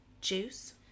juice